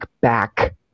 back